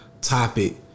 topic